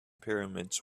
pyramids